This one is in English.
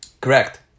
Correct